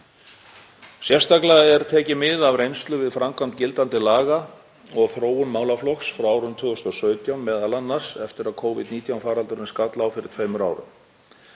Sérstaklega er tekið mið af reynslu við framkvæmd gildandi laga og þróun málaflokksins frá árinu 2017, m.a. eftir að Covid-19 faraldurinn skall á fyrir tveimur árum.